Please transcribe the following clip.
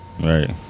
Right